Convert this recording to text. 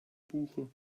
buche